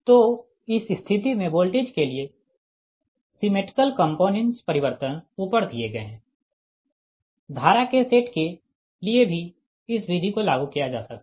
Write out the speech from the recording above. तो इस स्थिति में वोल्टेज के लिए सिमेट्रिकल कंपोनेंट्स परिवर्तन ऊपर दिए गए है धारा के सेट के लिए भी इसी विधि को लागू किया जा सकता है